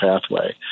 pathway